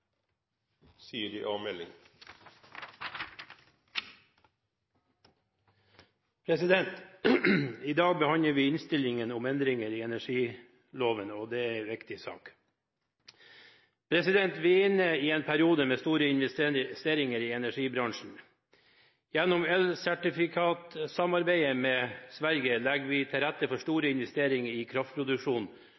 for saka. I dag behandler vi innstillingen om endringer i energiloven, og det er en viktig sak. Vi er inne i en periode med store investeringer i energibransjen. Gjennom elsertifikatsamarbeidet med Sverige legger vi til rette for store